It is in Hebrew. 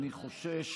אני חושש